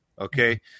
okay